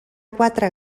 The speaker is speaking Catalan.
quatre